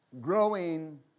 growing